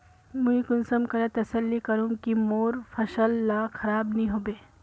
मुई कुंसम करे तसल्ली करूम की मोर फसल ला खराब नी होबे?